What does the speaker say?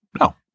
No